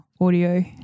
audio